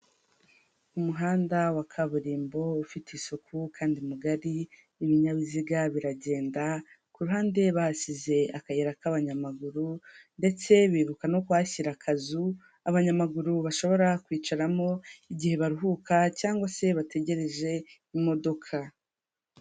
Umuhanda wa kaburimbo ufite isuku kandi mugari, ibinyabiziga biragenda ku ruhande bahasize akayira k'abanyamaguru, ndetse bibuka no kuhashyira akazu abanyamaguru bashobora kwicaramo igihe baruhuka cyangwag se bategereje imodoka.